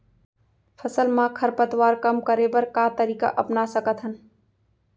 फसल मा खरपतवार कम करे बर का तरीका अपना सकत हन?